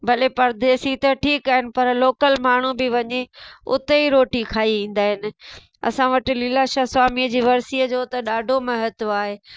भले परदेसी त ठीकु आहिनि पर लोकल माण्हू बि वञी उते ई रोटी खाई ईंदा आहिनि असां वटि लीलाशाह स्वामीअ जी वर्सीअ जो त ॾाढो महत्व आहे